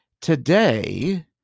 Today